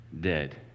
dead